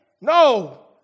No